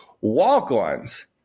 walk-ons